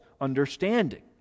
understanding